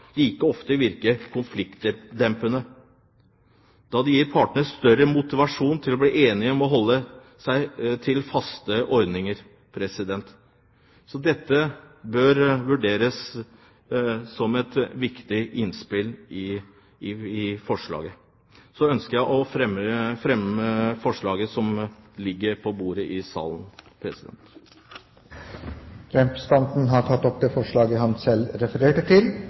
like ofte virke konfliktdempende, da det gir partene større motivasjon til å bli enige om å holde seg til faste ordninger. Så dette bør vurderes som et viktig innspill i forslaget. Så ønsker jeg å fremme forslaget fra Fremskrittspartiet som er omdelt på representantenes plasser. Representanten Ib Thomsen har tatt opp det forslaget han refererte til.